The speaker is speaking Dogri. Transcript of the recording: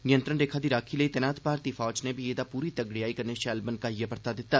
नियंत्रण रेखा दी राखी लेई तैनात भारतीय फौज नै बी एदा पूरी तगड़ेयाई कन्नै शैल बनकाइयै परता दिता